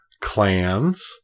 clans